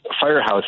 firehouse